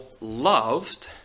loved